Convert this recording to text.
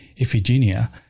Iphigenia